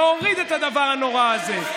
להוריד את הדבר הנורא הזה.